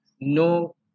no